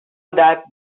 that